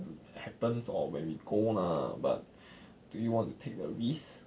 happens or when we go lah but do you want to take a risk